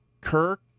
Kirk